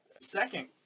Second